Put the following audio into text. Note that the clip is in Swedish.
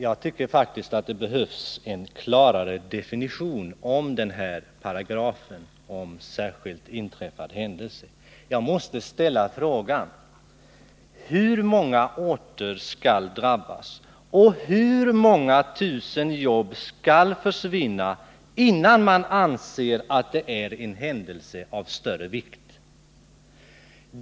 Herr talman! Det behövs faktiskt en klarare definition av denna paragraf om motionsrätt med anledning av särskild inträffad händelse. Jag måste ställa frågan: Hur många fler skall drabbas? Hur många tusen jobb skall försvinna, innan det anses vara en ”händelse av större vikt”?